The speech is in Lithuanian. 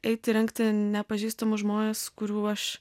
eiti rengti nepažįstamus žmones kurių aš